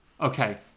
Okay